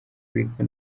rico